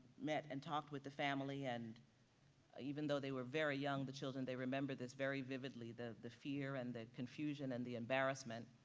met and talked with the family and even though they were very young, the children, they remember this very vividly, the the fear and the confusion and the embarrassment